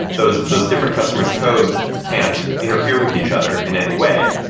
those those different customer s codes can't interfere with each other in any way.